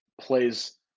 plays